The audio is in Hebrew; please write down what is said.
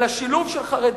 אלא שילוב של חרדים,